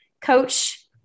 coach